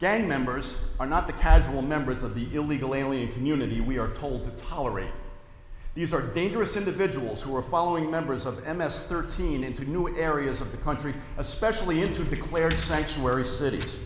gang members are not the casual members of the illegal alien community we are told to tolerate these are dangerous individuals who are following members of m s thirteen into new areas of the country especially in to declare sanctuary cit